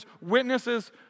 witnesses